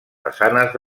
façanes